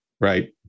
right